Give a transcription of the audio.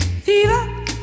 Fever